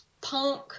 punk